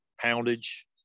poundage